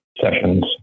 Sessions